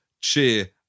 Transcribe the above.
cheer